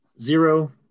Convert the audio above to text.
zero